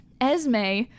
Esme